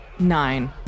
Nine